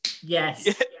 Yes